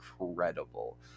incredible